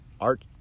art